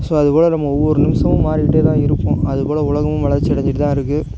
so அதுபோல நம்ம ஒவ்வொரு நிமிஷமும் மாறிக்கிட்டே தான் இருப்போம் அதேபோல உலகமும் வளர்ச்சி அடஞ்சிக்கிட்டு தான் இருக்குது